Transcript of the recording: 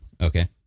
Okay